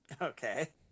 Okay